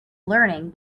learning